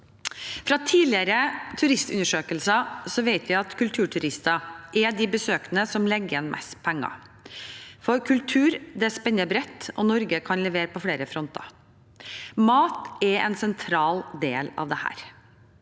Fra tidligere turistundersøkelser vet vi at kulturturister er de besøkende som legger igjen mest penger. Kultur spenner bredt, og Norge kan levere på flere fronter. Mat er en sentral del av dette,